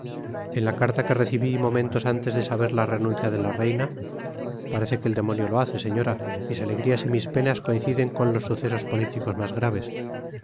en la carta que recibí momentos antes de saber la renuncia de la reina parece que el demonio lo hace señora mis alegrías y mis penas coinciden con los sucesos políticos más graves